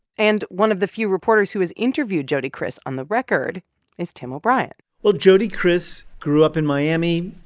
and one of the few reporters who has interviewed jody kriss on the record is tim o'brien well, jody kriss grew up in miami.